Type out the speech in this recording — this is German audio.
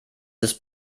des